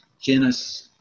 genus